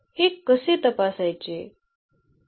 हे कसे तपासायचे